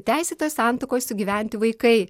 teisėtoj santuokoj sugyventi vaikai